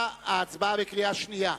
ההצבעה בקריאה שנייה.